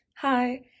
Hi